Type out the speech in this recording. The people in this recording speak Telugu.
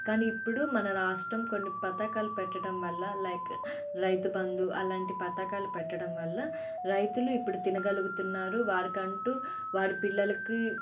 కానీ ఇప్పుడు మన రాష్ట్రం కొన్ని పథకాలు పెట్టడం వల్ల లైక్ రైతుబంధు అలాంటి పథకాలు పెట్టడం వల్ల రైతులు ఇప్పుడు తినగలుగుతున్నారు వారికి అంటూ వారి పిల్లలకి